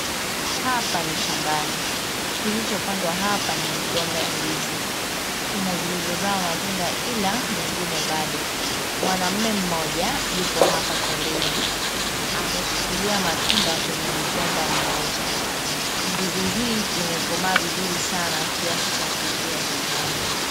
Hapa ni shambani, kilichopandwa hapa ni migomba ya ndizi. Kuna zilizozaa matunda ila mingine bado. Mwanaume mmoja, yupo hapa kondeni. Ameshikilia matunda kwenya mgomba mmoja. Ndizi hii imekomaa vizuri sana kiasi cha kuivia shambani.